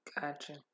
Gotcha